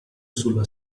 sulla